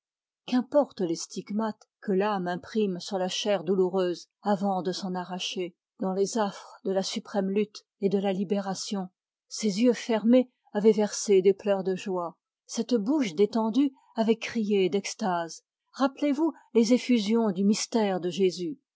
qu'importent les stigmates que l'âme imprime sur la chair douloureuse avant de s'en arracher dans les affres de la suprême lutte et de la libération ces yeux fermés avaient versé des pleurs de joie cette bouche détendue avait crié d'extase rappelez-vous les effusions du mystère de jésus